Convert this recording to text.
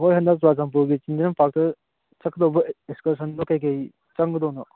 ꯍꯣꯏ ꯍꯟꯗꯛ ꯆꯨꯔꯥꯆꯥꯟꯄꯨꯔꯒꯤ ꯆꯤꯜꯗ꯭ꯔꯦꯟ ꯄꯥꯛꯇ ꯆꯠꯀꯗꯧꯕ ꯑꯦꯛꯁꯀꯔꯁꯟꯗꯣ ꯀꯔꯤ ꯀꯔꯤ ꯆꯪꯒꯗꯣꯏꯅꯣ